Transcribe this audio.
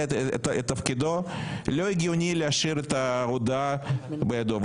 את תפקידו לא הגיוני להשאיר את ההודעה בידו.